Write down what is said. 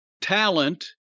talent